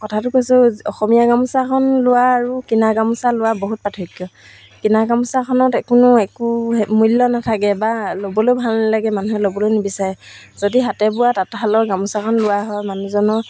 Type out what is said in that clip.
কথাটো কৈছোঁ অসমীয়া গামোচাখন লোৱা আৰু কিনা গামোচা লোৱা বহুত পাৰ্থক্য কিনা গামোচাখনত কোনো একো মূল্য নাথাকে বা ল'বলৈও ভাল নালাগে মানুহে ল'বলৈ নিবিচাৰে যদি হাতে বোৱা তাঁতশালৰ গামোচাখন লোৱা হয় মানুহজনৰ